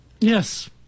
Yes